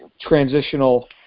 transitional